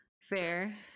Fair